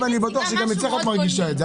ואני בטוח שגם אצלך את מרגישה את זה.